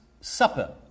Supper